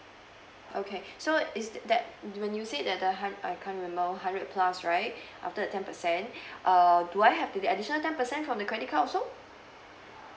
okay so is that when you said that the hunt~ I can't remember hundred plus right after the ten percent err do I have the additional ten percent from the credit card also